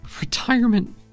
Retirement